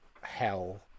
hell